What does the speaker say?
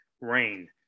Rain